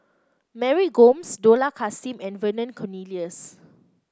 Mary Gomes Dollah Kassim and Vernon Cornelius